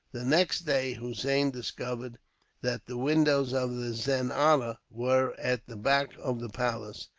the next day, hossein discovered that the windows of the zenana were at the back of the palace,